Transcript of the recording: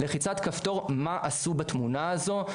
לחיצת כפתור מה עשו בתמונה הזו,